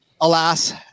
alas